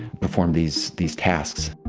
perform these these tasks